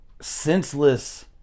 senseless